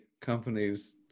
companies